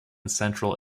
central